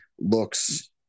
looks